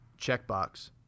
checkbox